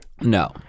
No